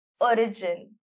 Origin